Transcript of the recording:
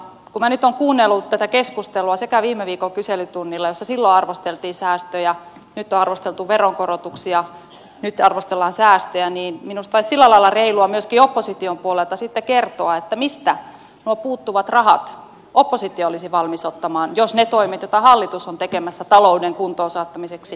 kun minä nyt olen kuunnellut tätä keskustelua sekä viime viikon kyselytunnin keskustelua jossa silloin arvosteltiin säästöjä nyt on arvosteltu veronkorotuksia nyt arvostellaan säästöjä niin minusta olisi sillä lailla reilua myöskin opposition puolelta sitten kertoa mistä nuo puuttuvat rahat oppositio olisi valmis ottamaan jos ne toimet joita hallitus on tekemässä talouden kuntoon saattamiseksi eivät kelpaa